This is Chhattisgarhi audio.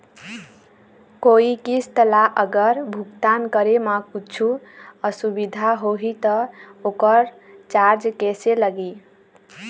कोई किस्त ला अगर भुगतान करे म कुछू असुविधा होही त ओकर चार्ज कैसे लगी?